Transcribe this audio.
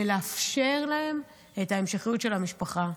ולאפשר להם את ההמשכיות של המשפחה.